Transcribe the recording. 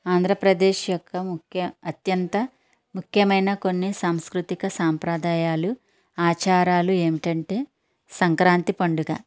ఆంధ్రప్రదేశ్ యొక్క ముఖ్య అత్యంత ముఖ్యమైన కొన్ని సాంస్కృతిక సాంప్రదాయాలు ఆచారాలు ఏమిటంటే సంక్రాంతి పండుగ